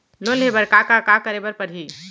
Loan लेहे बर का का का करे बर परहि?